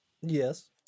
Yes